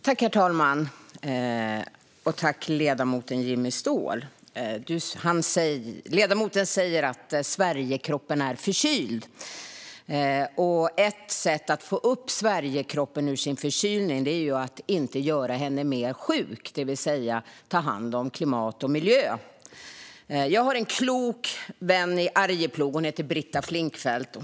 Herr talman! Ledamoten Jimmy Ståhl säger att Sverigekroppen är förkyld, och ett sätt att få förkylningen ur Sverigekroppen är att inte göra den mer sjuk, det vill säga ta hand om klimat och miljö. Jag har en klok vän i Arjeplog. Hon heter Britta Flinkfeldt.